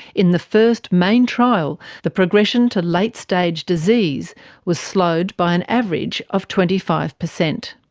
in the first main trial, the progression to late stage disease was slowed by an average of twenty five percent.